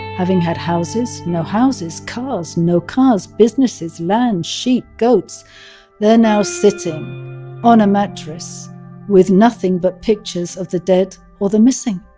having had houses? no houses. cars? no cars. businesses, land, sheep, goats they're now sitting on a mattress with nothing but pictures of the dead or the missing.